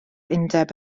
undeb